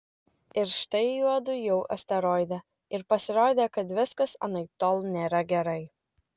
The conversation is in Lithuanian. ir štai juodu jau asteroide ir pasirodė kad viskas anaiptol nėra gerai